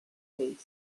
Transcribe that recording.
faced